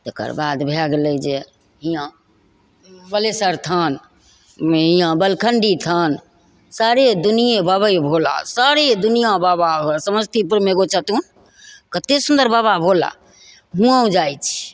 तकर बाद भै गेलै जे हिआँ बलेशरथानमे हिआँ बलखण्डीथान सारे दुनिएँ बाबे भोला सारे दुनिआँ बाबा भोला समस्तीपुरमे एगो छथुन कतेक सुन्दर बाबा भोला हुओँ जाइ छी